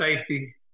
safety